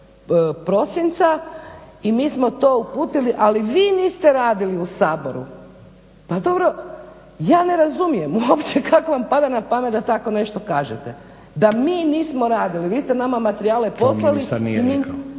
5.prosinca i mi smo to uputili, ali vi niste radili u Saboru. Pa dobro, ja ne razumijem uopće kako vam pada na pamet da tako nešto kažete, da mi nismo radili. Vi ste nama materijale poslali… … /Upadica